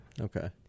Okay